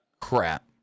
crap